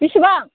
बिसिबां